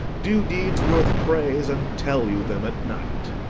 do deeds worth praise and tell you them at night.